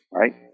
right